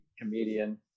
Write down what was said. comedian